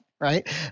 right